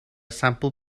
sampl